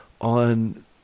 on